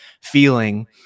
feeling